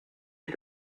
est